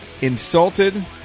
insulted